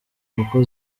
kuko